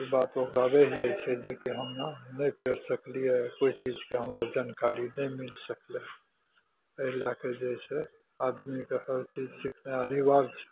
ई बात ओकरा रहि जाइ छै जे कि हमरा नहि तैरि सकलिए ओहि चीजके हमरा जानकारी नहि मिलि सकलै एहि लैके जे छै आदमीके हर सिखना अनिवार्य छै